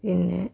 പിന്നെ